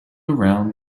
around